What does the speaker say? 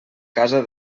casa